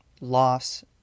loss